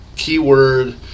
keyword